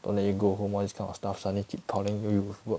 don't let you go home all this kind of stuff suddenly keep calling you to work